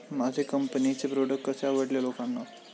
माझ्या कंपनीचे प्रॉडक्ट कसे आवडेल लोकांना?